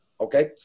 Okay